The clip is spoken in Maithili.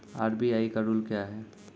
आर.बी.आई का रुल क्या हैं?